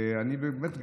באמת,